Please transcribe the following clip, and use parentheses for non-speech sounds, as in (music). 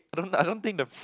I don't I don't think the (noise)